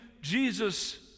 Jesus